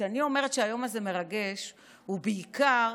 כשאני אומרת שהיום הזה מרגש זה בעיקר